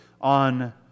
on